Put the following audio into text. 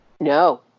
No